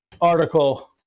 article